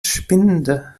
spinde